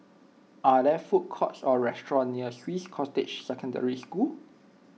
are there food courts or restaurants near Swiss Cottage Secondary School